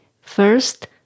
first